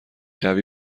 قوی